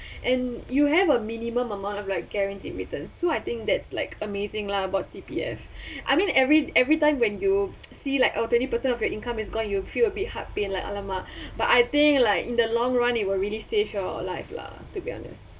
and you have a minimum amount of like guaranteed returns so I think that's like amazing lah about C_P_F I mean every every time when you see like oh twenty percent of your income is gone you feel a bit heart pain like !alamak! but I think like in the long run it were really save your life lah to be honest